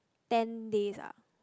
ten days ah